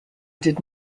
did